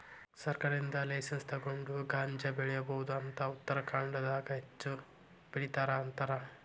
ಸರ್ಕಾರದಿಂದ ಲೈಸನ್ಸ್ ತುಗೊಂಡ ಗಾಂಜಾ ಬೆಳಿಬಹುದ ಅಂತ ಉತ್ತರಖಾಂಡದಾಗ ಹೆಚ್ಚ ಬೆಲಿತಾರ ಅಂತಾರ